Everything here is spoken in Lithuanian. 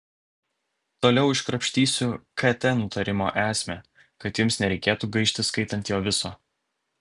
toliau iškrapštysiu kt nutarimo esmę kad jums nereikėtų gaišti skaitant jo viso